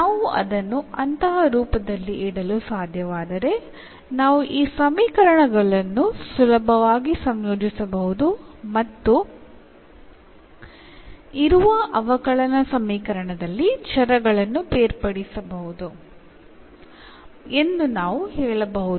ನಾವು ಅದನ್ನು ಅಂತಹ ರೂಪದಲ್ಲಿ ಇಡಲು ಸಾಧ್ಯವಾದರೆ ನಾವು ಈ ಸಮೀಕರಣಗಳನ್ನು ಸುಲಭವಾಗಿ ಸಂಯೋಜಿಸಬಹುದು ಮತ್ತು ಇರುವ ಅವಕಲನ ಸಮೀಕರಣದಲ್ಲಿ ಚರಗಳನ್ನು ಬೇರ್ಪಡಿಸಬಹುದು ಎಂದು ನಾವು ಹೇಳಬಹುದು